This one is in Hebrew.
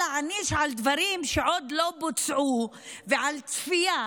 להעניש על דברים שעוד לא בוצעו ועל צפייה,